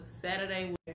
Saturday